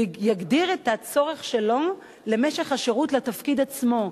הוא יגדיר את הצורך שלו למשך השירות לתפקיד עצמו,